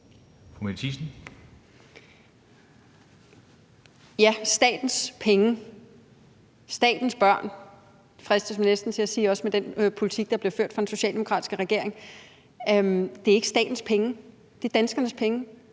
Ja, statens penge, statens børn, fristes man næsten til at sige – også med den politik, der bliver ført af den socialdemokratiske regering. Men det er ikke statens penge; det er danskernes penge,